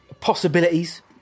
possibilities